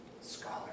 scholar